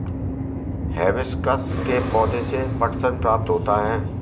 hibiscus के पौधे से पटसन प्राप्त होता है